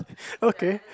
okay